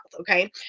okay